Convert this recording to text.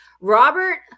Robert